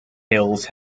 hills